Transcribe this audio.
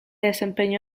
desempeñó